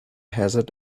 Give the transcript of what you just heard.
hazard